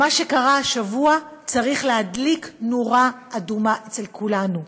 מה שקרה השבוע צריך להדליק נורה אדומה אצל כולנו.